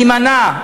נימנע.